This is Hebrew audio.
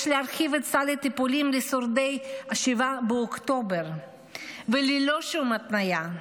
יש להרחיב את סל הטיפולים לשורדי 7 באוקטובר וללא שום התניה.